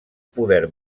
poder